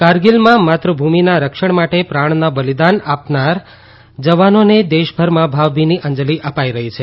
કારગીલમાં માતૃભૂમિના રક્ષણ માટે પ્રાણનું બલિદાન આપનાર જવાનોને દેશભરમાં ભાવભીની અંજલી અપાઇ રહી છે